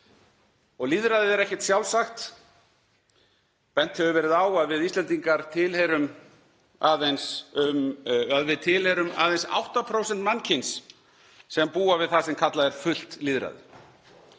Lýðræðið er ekkert sjálfsagt. Bent hefur verið á að við Íslendingar tilheyrum aðeins 8% mannkyns sem búa við það sem kallað er fullt lýðræði.